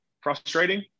frustrating